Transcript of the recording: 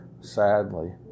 sadly